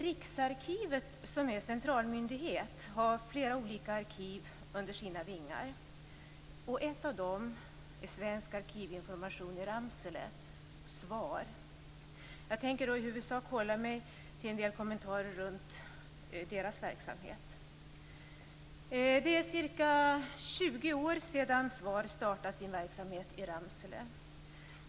Riksarkivet, som är centralmyndighet, har flera olika arkiv under sina vingar. Ett av dem är Svensk arkivinformation i Ramsele, SVAR. Jag tänker i huvudsak hålla mig till en del kommentarer runt deras verksamhet. Det är ca 20 år sedan SVAR startade sin verksamhet i Ramsele.